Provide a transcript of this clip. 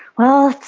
well,